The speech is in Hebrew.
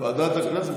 ועדת הכנסת?